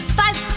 five